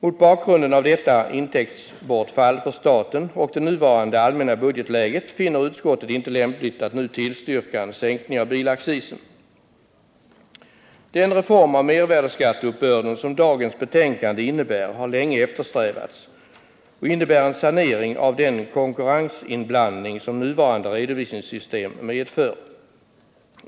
Mot bakgrund av detta intäktsbortfall för staten och det nuvarande allmänna budgetläget finner utskottet det inte lämpligt att nu tillstyrka en sänkning av bilaccisen. Den reform av mervärdeskatteuppbörden som dagens betänkande innebär har länge eftersträvats och innebär en sanering av den konkurrensinblandning som nuvarande redovisningssystem medför.